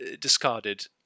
discarded